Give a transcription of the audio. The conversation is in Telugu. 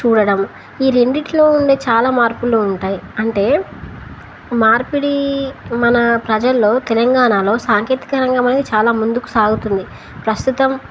చూడడం ఈ రెండిట్లో ఉండే చాలా మార్పులు ఉంటాయి అంటే మార్పిడి మన ప్రజల్లో తెలంగాణలో సాంకేతికరంగం అనేది చాలా ముందుకు సాగుతుంది ప్రస్తుతం